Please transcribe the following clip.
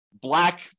black